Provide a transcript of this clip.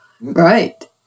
Right